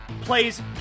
plays